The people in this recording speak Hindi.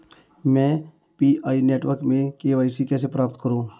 मैं पी.आई नेटवर्क में के.वाई.सी कैसे प्राप्त करूँ?